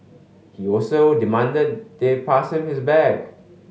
he also demanded they pass him his bag